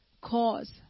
cause